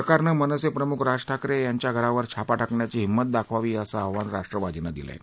सरकारनं मनसे प्रमुख राज ठाकरे यांच्या घरावर छापा टाकण्याची हिंमत दाखवावी असं आव्हान राष्ट्रवादीनं दिलं आहे